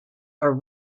are